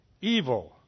evil